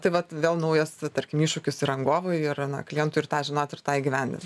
tai vat vėl naujas tarkim iššūkis ir rangovui ir na klientui ir tą žinot ir tą įgyvendint